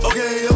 Okay